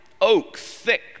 oak-thick